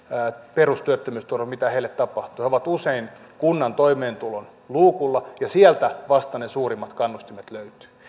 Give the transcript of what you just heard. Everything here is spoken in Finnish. perustyöttömyysturvalle mitä heille tapahtuu he ovat usein kunnan toimeentulon luukulla ja sieltä vasta ne suurimmat kannustimet löytyvät